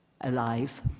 alive